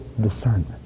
discernment